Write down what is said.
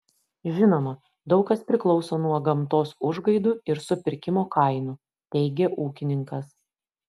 žinoma daug kas priklauso nuo gamtos užgaidų ir supirkimo kainų teigė ūkininkas